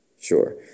Sure